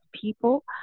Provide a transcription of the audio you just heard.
people